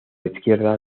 izquierda